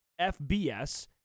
FBS